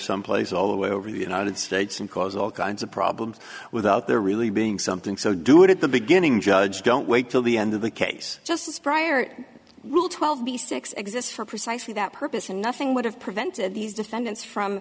some place all the way over the united states and cause all kinds of problems without their really being something so do it at the beginning judge don't wait till the end of the case just prior will twelve b six exists for precisely that purpose and nothing would have prevented these defendants from